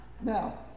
Now